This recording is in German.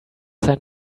sein